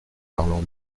parlant